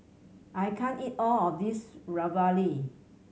I can't eat all of this Ravioli